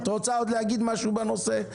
את רוצה להגיד עוד משהו בנושא?